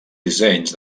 dissenys